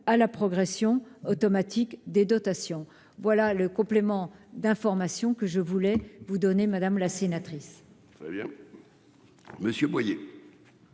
à la progression automatique des dotations. Tel est le complément d'information que je voulais vous apporter, madame la sénatrice.